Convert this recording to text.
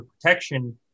protection